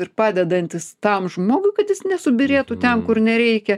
ir padedantis tam žmogui kad jis nesubyrėtų ten kur nereikia